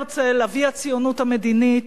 הרצל, אבי הציונות המדינית,